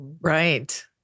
Right